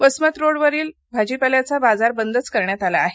वसमत रोडवरील भाजीपाल्याचा बाजार बंदच करण्यात आला आहे